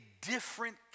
different